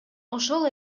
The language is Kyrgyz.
ошол